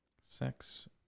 Sex